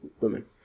women